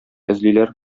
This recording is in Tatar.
эзлиләр